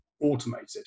automated